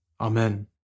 Amen